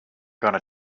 gonna